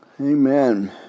Amen